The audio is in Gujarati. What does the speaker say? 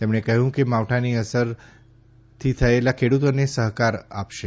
તેમણે કહ્યું કે માવઠાની અસર થયેલા ખેડૂતોને સરકાર સફાથ આપશે